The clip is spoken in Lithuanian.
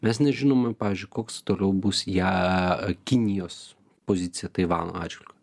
mes nežinome pavyzdžiui koks toliau bus ją kinijos pozicija taivano atžvilgiu